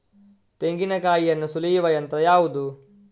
ತೆಂಗಿನಕಾಯಿಯನ್ನು ಸುಲಿಯುವ ಯಂತ್ರ ಯಾವುದು?